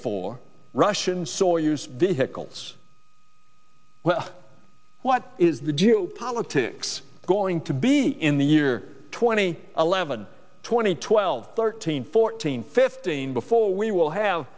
for russian soyuz vehicles well what is the geopolitics going to be in the year twenty eleven twenty twelve thirteen fourteen fifteen before we will have